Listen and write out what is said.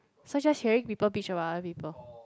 so she was sharing people bitch about other people